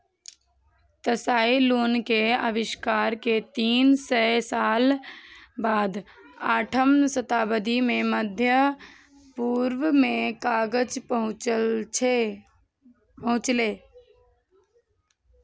Tsai Lun के आविष्कार के तीन सय साल बाद आठम शताब्दी मे मध्य पूर्व मे कागज पहुंचलै